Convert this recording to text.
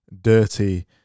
dirty